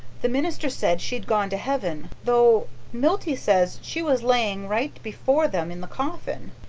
the minister said she'd gone to heaven, though milty says she was lying right before them in the coffin.